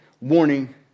warning